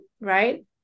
right